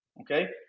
Okay